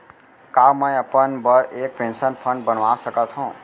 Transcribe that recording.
का मैं अपन बर एक पेंशन फण्ड बनवा सकत हो?